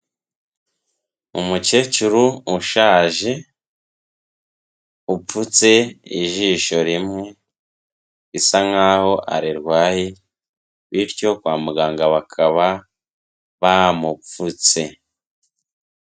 Umukecuru ushaje, upfutse ijisho rimwe, bisa nkaho arirwaye bityo kwa muganga bakaba bamupfutse.